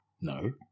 No